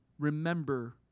Remember